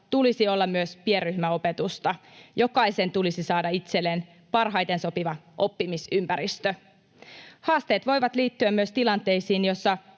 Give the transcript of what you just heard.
tulisi olla myös pienryhmäopetusta. Jokaisen tulisi saada itselleen parhaiten sopiva oppimisympäristö. Haasteet voivat liittyä myös tilanteisiin, joissa